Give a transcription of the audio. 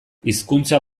hezkuntza